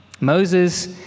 Moses